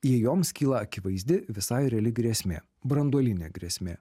jei joms kyla akivaizdi visai reali grėsmė branduolinė grėsmė